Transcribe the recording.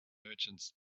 merchants